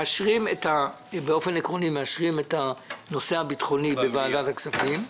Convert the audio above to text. מאשרים באופן עקרוני את הנושא הביטחוני בוועדת הכספים,